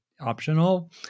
optional